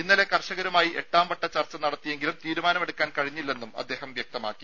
ഇന്നലെ കർഷകരുമായി എട്ടാംവട്ട ചർച്ച നടത്തിയെങ്കിലും തീരുമാനമെടുക്കാൻ കഴിഞ്ഞില്ലെന്നും അദ്ദേഹം വ്യക്തമാക്കി